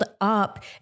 up